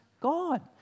God